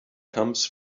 comes